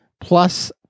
plus